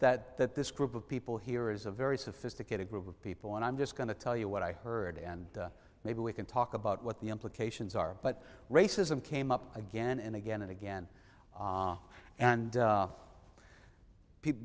that that this group of people here is a very sophisticated group of people and i'm just going to tell you what i heard and maybe we can talk about what the implications are but racism came up again and again and again and people